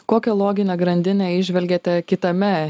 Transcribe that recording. kokią loginę grandinę įžvelgiate kitame